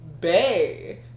Bay